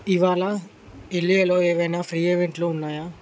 ఇవ్వాల ఎల్ఏలో ఏమైనా ఫ్రీ ఈవెంట్లు ఉన్నాయా